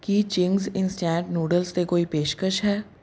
ਕੀ Ching's instant noodles 'ਤੇ ਕੋਈ ਪੇਸ਼ਕਸ਼ ਹੈ